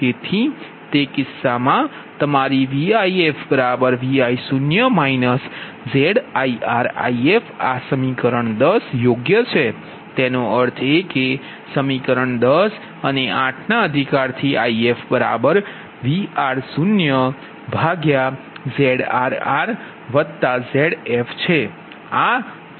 તેથી તે કિસ્સામાં તમારી VifVi0 ZirIf આ સમીકરણ 10 યોગ્ય છે તેનો અર્થ એ કે સમીકરણ 10 અને 8 ના અધિકાર થી IfVr0ZrrZf છે આ તે તમે અહીં મૂકો છો